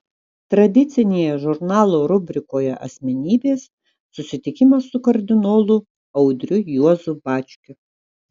tradicinėje žurnalo rubrikoje asmenybės susitikimas su kardinolu audriu juozu bačkiu